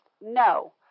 No